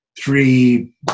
three